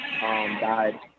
died